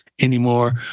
anymore